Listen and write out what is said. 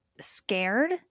scared